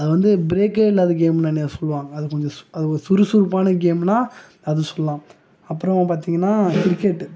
அது வந்து ப்ரேக்கே இல்லாத கேமுன்னு சொல்லுவாங்கள் அது கொஞ்சம் அது ஒரு சுறுசுறுப்பான கேம்னா அது சொல்லாம் அப்புறமா பார்த்தீங்கன்னா கிரிக்கெட்டு